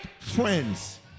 friends